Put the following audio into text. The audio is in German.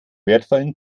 wertvollen